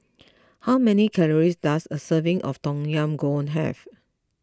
how many calories does a serving of Tom Yam Goong have